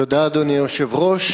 תודה, אדוני היושב-ראש.